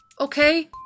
okay